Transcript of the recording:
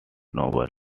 novel